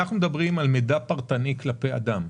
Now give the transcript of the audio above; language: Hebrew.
אנחנו מדברים על מידע פרטני של אדם,